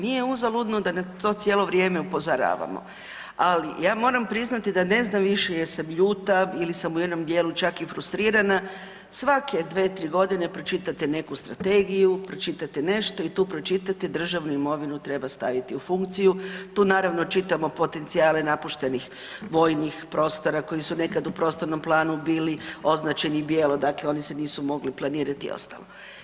Nije uzaludno da na to cijelo vrijeme upozoravamo, ali ja moram priznati da ne znam više jesam ljuta ili sam u jednom dijelu čak i frustrirana, svake 2, 3 godine pročitate neku strategiju, pročitate nešto i tu pročitate državnu imovinu treba staviti u funkciju, tu naravno čitamo potencijale napuštenih vojnih prostora, koji su nekad u prostornom planu bili označeni bijelo, dakle oni se nisu mogli planirati i ostalo.